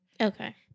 Okay